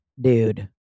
dude